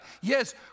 Yes